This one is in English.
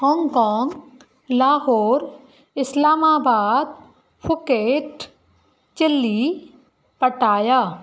Hong Kong Lahore Islamabad Phuket chilli Pattaya